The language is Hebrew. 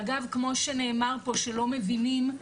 ואגב כמו שנאמר פה שלא מבינים,